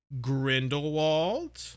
Grindelwald